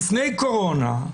לפני קורונה.